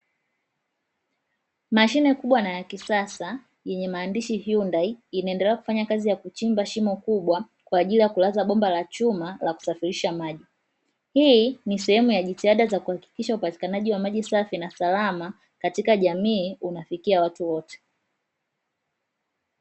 Mashine kubwa na ya kisasa yenye maandishi "Hyundai", ikiendelea kufanya kazi ya kuchimba shimo kubwa kwa ajili ya kulaza bomba la chuma la kusafirisha maji. Hii ni sehemu ya jitihada za kuhakikisha upatikanaji wa maji safi na salama katika jamii unawafikia watu wote.